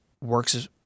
works